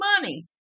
money